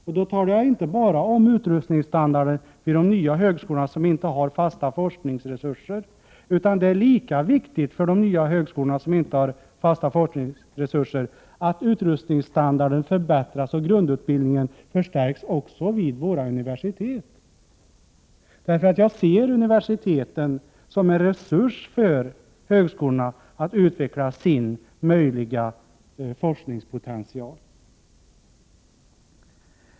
Jag avser då inte bara utrustningsstandarden vid de nya högskolorna, som inte har fasta forskningsresurser. Det är lika viktigt för de nya högskolorna, som inte har fasta forskningsresurser, att utrustningsstandarden förbättras och grundutbildningen förstärks också vid våra universitet, eftersom jag ser universiteten som en resurs för högskolorna att utveckla sin möjliga forskningspotential.